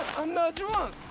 i'm not drunk.